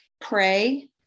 pray